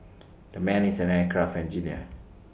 the man is an aircraft engineer